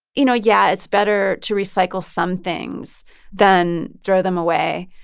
you know, yeah, it's better to recycle some things than throw them away,